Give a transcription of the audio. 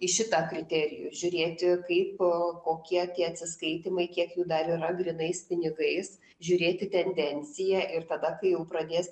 į šitą kriterijų žiūrėti kaip kokie tie atsiskaitymai kiek jų dar yra grynais pinigais žiūrėti tendenciją ir tada kai jau pradės